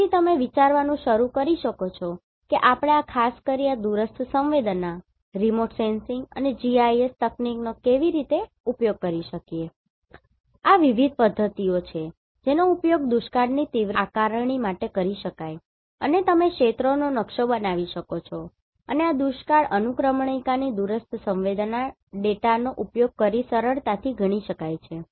તેથી તમે વિચારવાનું શરૂ કરી શકો છો કે આપણે આ ખાસ કરીને આ દૂરસ્થ સંવેદનાઅને GIS તકનીકનો કેવી રીતે ઉપયોગ કરી શકીએ આ વિવિધ પદ્ધતિઓ છે જેનો ઉપયોગ દુષ્કાળની તીવ્રતાને આકારણી માટે કરી શકાય છે અને તમે ક્ષેત્રોનો નકશો બનાવી શકો છો અને આ દુષ્કાળ અનુક્રમણિકાની દૂરસ્થ સંવેદનાડેટાનો ઉપયોગ કરીને સરળતાથી ગણતરી કરી શકાય છે